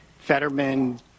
Fetterman